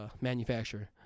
manufacturer